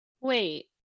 Wait